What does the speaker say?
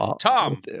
Tom